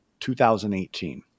2018